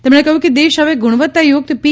તેમણે કહ્યું દેશ હવે ગુણવત્તાયુક્ત પી